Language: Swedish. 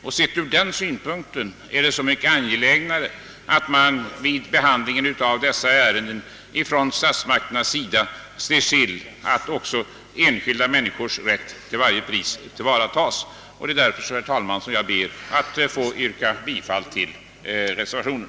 Från denna synpunkt är det så mycket angelägnare att statsmakterna vid behandlingen av skatteärenden ser till att också enskilda människors rätt till varje pris tillvaratas. Jag ber därför, herr talman, att få yrka bifall till reservationen.